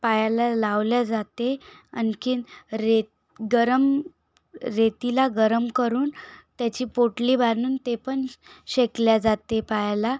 पायाला लावले जाते आणखी रे गरम रेतीला गरम करून त्याची पोटली बांधून ते पण शेकले जाते पायाला